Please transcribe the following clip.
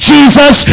Jesus